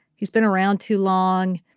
he's been around too long.